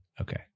Okay